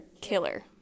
killer